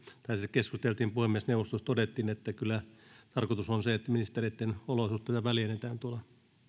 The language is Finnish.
keskusteltiin puhemiesneuvostossa todettiin että kyllä tarkoitus on se että ministereiden olosuhteita väljennetään tuolla